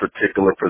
particular